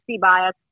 bias